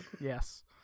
Yes